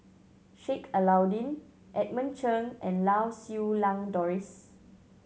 Sheik Alau'ddin Edmund Cheng and Lau Siew Lang Doris